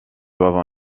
doivent